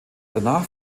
danach